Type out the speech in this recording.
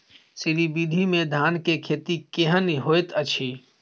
श्री विधी में धान के खेती केहन होयत अछि?